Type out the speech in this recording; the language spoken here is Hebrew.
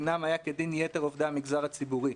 דינם היה כדין יתר עובדי המגזר הציבורי,